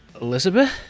Elizabeth